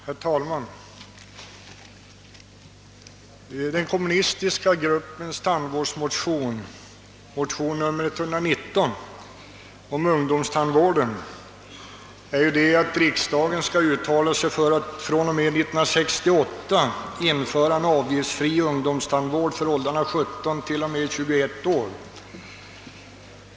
Herr talman! Den kommunistiska gruppens motion, nr 119, om ungdomstandvården, innebär att riksdagen skall uttala sig för att vi fr.o.m.1968 skall införa avgiftsfri ungdomstandvård för åldrarna 17—21 år.